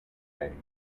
bay